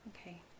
Okay